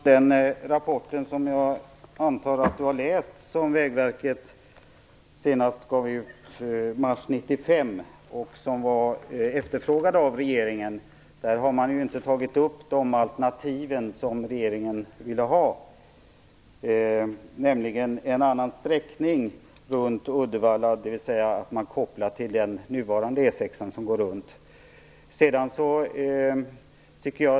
Fru talman! Jag antar att Lennart Nilsson har läst den rapport som Vägverket gav ut nu senast i mars 1995 och som var efterfrågad av regeringen. Där har man inte tagit upp de alternativ som regeringen ville ha, nämligen en annan sträckning runt Uddevalla, dvs. en koppling till den nuvarande E 6:an.